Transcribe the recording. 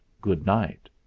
good-night